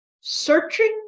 Searching